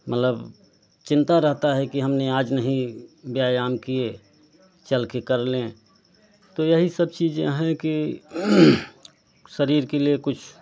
मतलब चिंता रहता है कि हमने आज नहीं व्यायाम किए चल के कर लें तो यही सब चीज़ें हैं कि शरीर के लिए कुछ